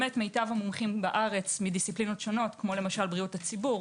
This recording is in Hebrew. מיטב המומחים בארץ מדיסציפלינות שונות כמו בריאות הציבור,